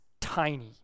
tiny